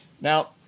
Now